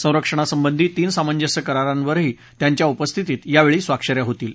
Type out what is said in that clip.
संरक्षणसंबंधी तीन सामंजस्य करारांवरही त्यांच्या उपस्थितीत यावेळी स्वाक्ष या होणार आहेत